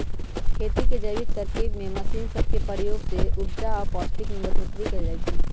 खेती के जैविक तरकिब में मशीन सब के प्रयोग से उपजा आऽ पौष्टिक में बढ़ोतरी कएल जाइ छइ